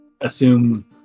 assume